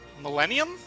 Millennium